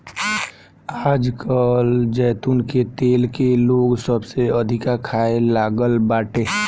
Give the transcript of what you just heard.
आजकल जैतून के तेल के लोग सबसे अधिका खाए लागल बाटे